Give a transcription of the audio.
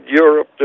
Europe